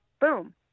Boom